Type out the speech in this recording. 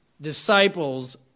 disciples